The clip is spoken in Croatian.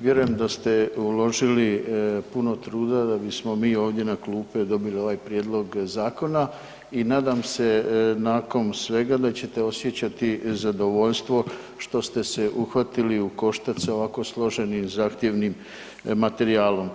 vjerujem da ste uložili puno truda da bismo mi ovdje na klupe dobili ovaj prijedlog zakona i nadam se nakon svega da ćete osjećati zadovoljstvo što ste se uhvatili u koštac sa ovako složenim i zahtjevnim materijalom.